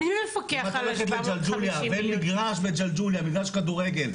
את הולכת לג'לג'וליה, אין מגרש כדורגל בג'לג'וליה.